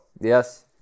Yes